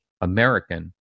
American